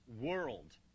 world